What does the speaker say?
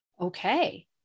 Okay